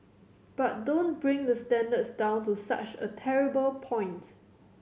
but don't bring the standards down to such a terrible point